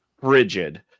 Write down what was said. rigid